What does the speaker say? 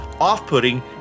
off-putting